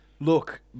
Look